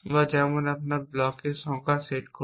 বা যেমন আমরা ব্লকের সংখ্যা সেট করি